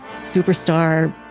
superstar